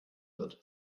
wird